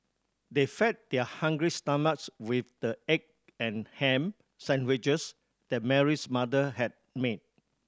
they fed their hungry stomachs with the egg and ham sandwiches that Mary's mother had made